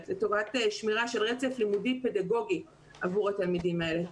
לטובת שמירה של רצף לימודי פדגוגי עבור התלמידים האלה.